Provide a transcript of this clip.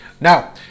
Now